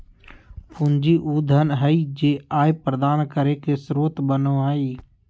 पूंजी उ धन हइ जे आय प्रदान करे के स्रोत बनो हइ